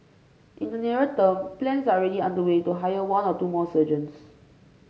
in the nearer term plans are already underway to hire one or two more surgeons